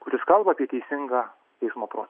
kuris kalba apie teisingą teismo procesą